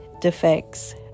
defects